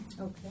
Okay